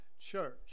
church